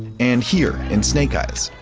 and here in snake eyes.